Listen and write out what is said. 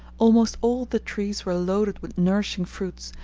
almost all the trees were loaded with nourishing fruits,